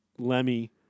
Lemmy